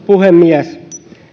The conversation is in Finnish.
puhemies